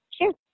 Sure